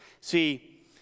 See